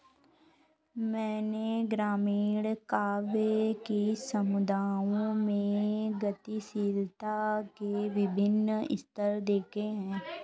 मैंने ग्रामीण काव्य कि समुदायों में गतिशीलता के विभिन्न स्तर देखे हैं